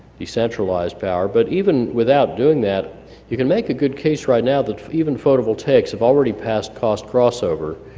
decentralized power, but even without doing that you can make a good case right now that even photovoltaics have already passed cost crossover.